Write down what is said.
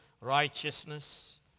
righteousness